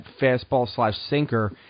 fastball-slash-sinker